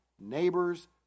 neighbors